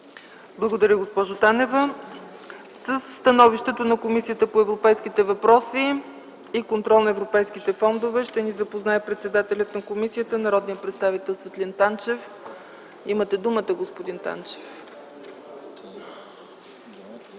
Благодаря, госпожо Танева. Със становището на Комисията по европейските въпроси и контрол на европейските фондове ще ни запознае председателят на комисията народният представител Светлин Танчев. Имате думата, господин Танчев.